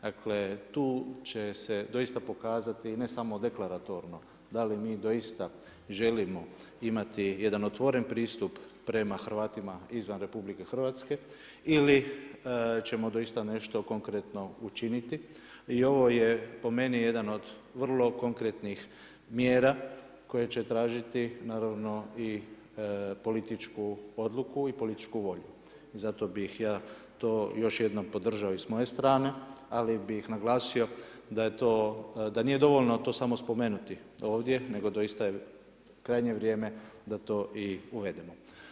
Dakle tu će se doista pokazati ne samo deklaratorno da li mi doista želimo imati jedan otvoreni pristup rema Hrvatima izvan RH ili ćemo doista nešto konkretno učiniti i ovo je po meni, jedan od vrlo konkretnijih mjera koje će tražiti naravno i političku odluku i političku volju, zato bi ja to još jednom podržao i sa moje strane, ali bih naglasio da nije dovoljno to samo spomenuti ovdje nego doista je krajnje vrijem da to i uvedemo.